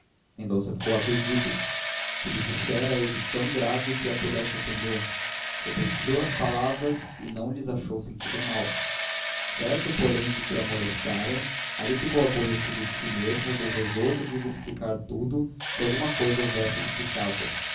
mendonça ficou aturdido que lhe dissera ele tão grave que a pudesse ofender repetiu as próprias palavras e não lhes achou sentido mau certo porém de que a molestara ali ficou aborrecido de si mesmo desejoso de lhe explicar tudo se alguma coisa houvesse explicável